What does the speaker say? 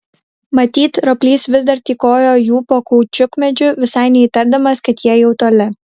matyt roplys vis dar tykojo jų po kaučiukmedžiu visai neįtardamas kad jie jau toli